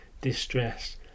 distress